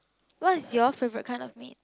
what is your favorite kind of meat